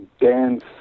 dance